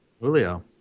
Julio